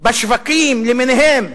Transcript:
בשווקים למיניהם.